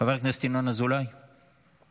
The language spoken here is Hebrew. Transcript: חבר הכנסת ינון אזולאי, לא.